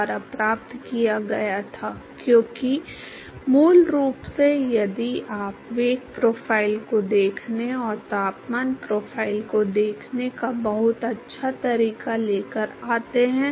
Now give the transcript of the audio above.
तो वह तैयार हो गया है अब हमारे पास तालिका है जो आपको डेटा द्वारा fdf और डेटा वर्ग द्वारा d वर्ग f देता है